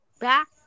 back